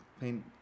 paint